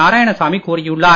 நாராயணசாமி கூறியுள்ளார்